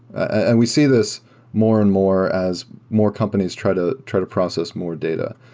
and we see this more and more as more companies try to try to process more data.